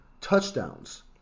touchdowns